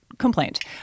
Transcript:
complaint